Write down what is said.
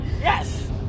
Yes